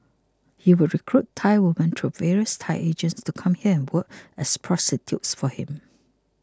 he would recruit Thai women through various Thai agents to come here and work as prostitutes for him